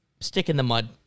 stick-in-the-mud